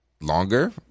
longer